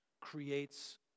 creates